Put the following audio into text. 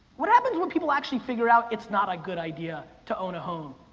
what happens when people actually figure out it's not a good idea to own a home?